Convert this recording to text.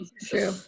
true